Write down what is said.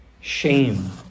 Shame